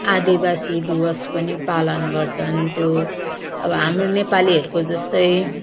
आदिवासी दिवस पनि पालन गर्छन् त्यो अब हाम्रो नेपालीहरूको जस्तै